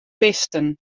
bisten